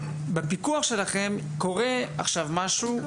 בפיקוח שלכם קורה עכשיו משהו.